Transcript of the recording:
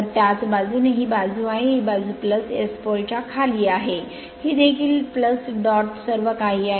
तर त्याच बाजूने ही बाजू आहे ही बाजू S pole च्या खाली आहे ही देखील डॉट सर्व काही आहे